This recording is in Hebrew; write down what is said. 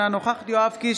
אינה נוכחת יואב קיש,